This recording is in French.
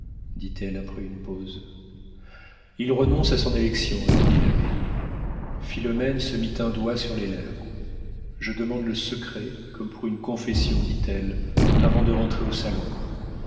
dit-elle après une pause il renonce à son élection répondit l'abbé philomène se mit un doigt sur les lèvres je demande le secret comme pour une confession dit-elle avant de rentrer au salon